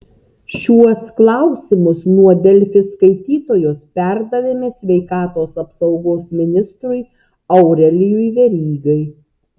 šiuos klausimus nuo delfi skaitytojos perdavėme sveikatos apsaugos ministrui aurelijui verygai